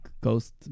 ghost